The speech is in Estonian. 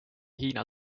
hiina